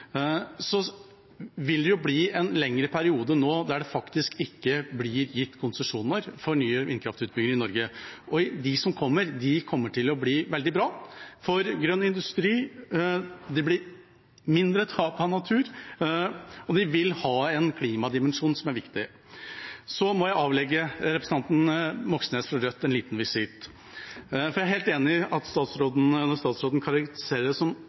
det nå vil bli en lengre periode der det faktisk ikke blir gitt konsesjoner for ny vindkraftutbygging i Norge. Og de som kommer, kommer til å bli veldig bra for grønn industri. Det blir mindre tap av natur, og vi vil ha en klimadimensjon, som er viktig. Så må jeg avlegge representanten Moxnes fra Rødt en liten visitt, for jeg er helt enig